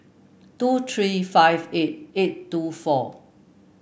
two three five eight eight two four